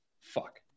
Fuck